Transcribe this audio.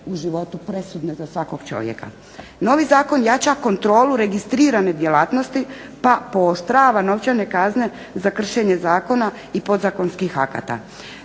u životu presudne za svakog čovjeka. Novi zakon jača kontrolu registrirane djelatnosti pa pooštrava novčane kazne za kršenje zakona i podzakonskih akta.